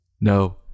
No